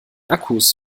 akkus